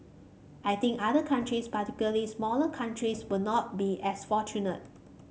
I think other countries particularly smaller countries will not be as fortunate